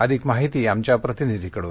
अधिक माहिती आमच्या प्रतिनिधीकडून